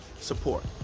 Support